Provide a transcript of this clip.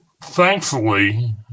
thankfully